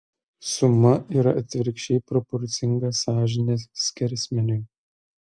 suma yra atvirkščiai proporcinga sąžinės skersmeniui